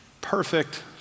perfect